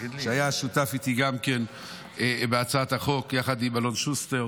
שהיה שותף איתי גם כן בהצעת החוק יחד עם אלון שוסטר